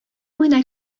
буена